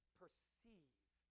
perceive